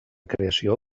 creació